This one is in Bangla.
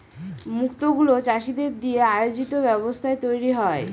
মুক্ত গুলো চাষীদের দিয়ে আয়োজিত ব্যবস্থায় তৈরী হয়